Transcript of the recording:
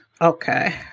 Okay